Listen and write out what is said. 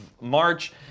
March